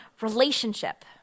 relationship